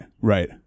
right